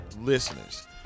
listeners